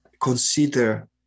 consider